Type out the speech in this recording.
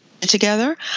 together